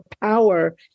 power